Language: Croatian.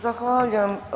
Zahvaljujem.